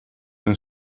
een